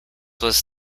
was